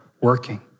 working